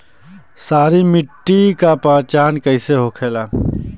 सारी मिट्टी का पहचान कैसे होखेला?